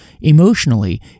emotionally